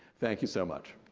thank you so much.